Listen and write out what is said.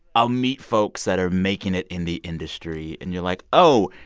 i'll meet folks that are making it in the industry, and you're like, oh,